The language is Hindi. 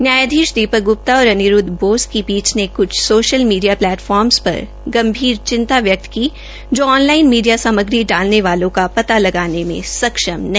न्यायाधीश दीपक ग्रप्ता और अनिरूदव बोस की पीठ ने कुछ सोशल मीडिया प्लेटफार्मस पर गंभीर चिंता व्यक्त की जो आन लाइन मीडिया सामग्री डालने वालों का पता लगाने में सक्षम नहीं